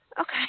Okay